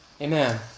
amen